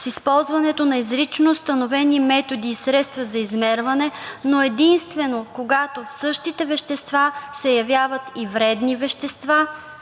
с използването на изрично установени методи и средства за измерване, но единствено когато същите вещества се явяват и вредни вещества